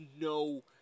no